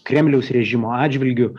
kremliaus režimo atžvilgiu